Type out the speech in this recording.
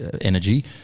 energy